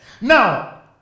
Now